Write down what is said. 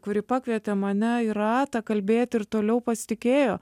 kuri pakvietė mane į ratą kalbėti ir toliau pasitikėjo